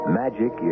magic